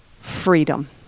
freedom